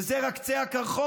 וזה רק קצה הקרחון,